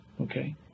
Okay